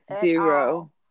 Zero